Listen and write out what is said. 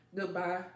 Goodbye